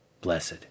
Blessed